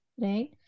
right